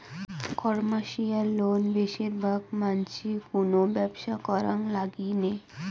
commercial loan বেশির ভাগ মানসি কুনো ব্যবসা করাং লাগি নেয়